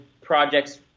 projects